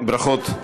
ברכות.